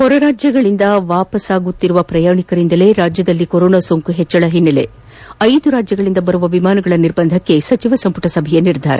ಹೊರ ರಾಜ್ಯಗಳಿಂದ ವಾಪಸ್ಪಾಗುತ್ತಿರುವವರಿಂದಲೇ ರಾಜ್ಯದಲ್ಲಿ ಕೊರೋನಾ ಸೋಂಕು ಹೆಚ್ಚಳ ಹಿನ್ನೆಲೆ ಐದು ರಾಜ್ಯಗಳಿಂದ ಬರುವ ವಿಮಾನಗಳ ನಿರ್ಬಂಧಿಕ್ಕೆ ಸಚಿವ ಸಂಪುಟ ಸಭೆ ನಿರ್ಧಾರ